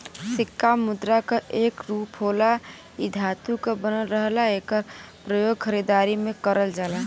सिक्का मुद्रा क एक रूप होला इ धातु क बनल रहला एकर प्रयोग खरीदारी में करल जाला